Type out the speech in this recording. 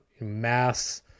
mass